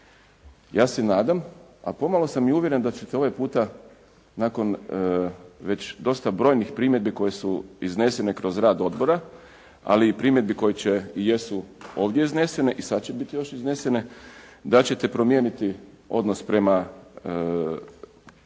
Ja se nadam, a pomalo sam i uvjeren da ćete ovaj puta nakon već dosta brojnih primjedbi koje su iznesene kroz rad odbora, ali i primjedbi koje će i jesu ovdje iznesene i sad će biti još iznesene, da ćete promijeniti odnos prema